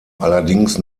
allerdings